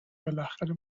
بالاخره